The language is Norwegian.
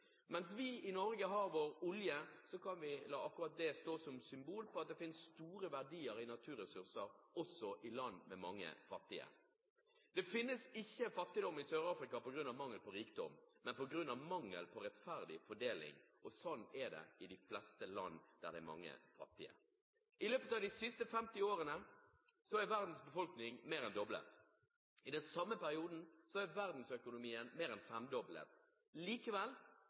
Mens vi i Norge har vår olje, kan vi la akkurat det stå som symbol på at det finnes store verdier i naturressurser også i land med mange fattige. Det finnes ikke fattigdom i Sør-Afrika på grunn av mangel på rikdom, men på grunn av mangel på rettferdig fordeling, og sånn er det i de fleste land der det er mange fattige. I løpet av de siste 50 årene er verdens befolkning mer enn doblet. I den samme perioden er verdensøkonomien mer enn femdoblet. Likevel